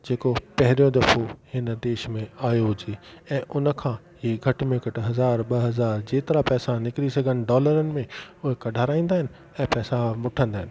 जेको पहिरियों दफ़ो हिन देश में आहियो हुजे ऐं उन खां इहे घटि में घटि हज़ार ॿ हज़ार जेतिरा पैसा निकरी सघनि डॉलरन में उहे कढाराईंदा आहिनि ऐं पैसा वठंदा आहिनि